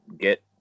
get